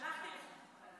שלחתי לך חלופות.